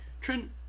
Trent